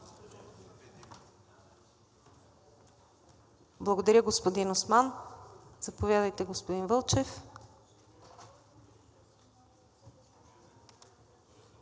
Благодаря, господин Осман. Заповядайте, господин Вълчев.